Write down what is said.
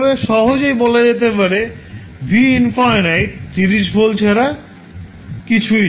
সহজেই বলা যেতে পারে v ইনফিনিটি 30 ভোল্ট ছাড়া কিছুই নয়